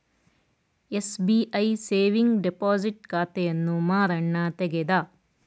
SBI saving deposit ಖಾತೆಯನ್ನು ಮಾರಣ್ಣ ತೆಗದ